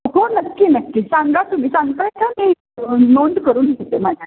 हो नक्की नक्की सांगा तुम्ही सांगताय का मी नोंद करून घेते माझ्याकडून